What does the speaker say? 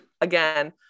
Again